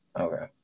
Okay